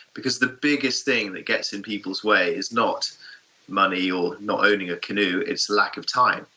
because the biggest thing that gets in people's way is not money or not owning a canoe, it's lack of time.